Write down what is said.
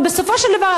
ובסופו של דבר,